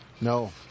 No